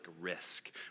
risk